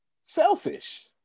selfish